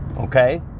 okay